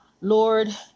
Lord